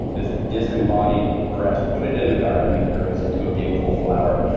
this disembodied breast, put it in the garden, it grows into a beautiful flower,